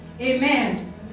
Amen